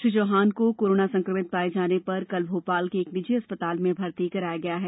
श्री चौहान को कोरोना संक्रमित पाये जाने पर कल भोपाल के एक निजी अस्पताल में भर्ती किया गया है